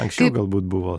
anksčiau galbūt buvo